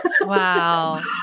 Wow